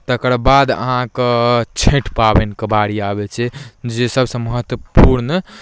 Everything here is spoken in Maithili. तकर बाद अहाँके छठि पाबनिके बारी आबै छै जे सभसँ महत्वपूर्ण